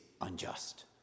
unjust